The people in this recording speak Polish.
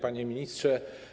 Panie Ministrze!